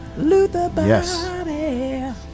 Yes